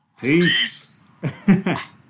Peace